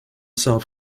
self